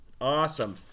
awesome